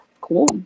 Cool